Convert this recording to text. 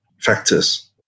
factors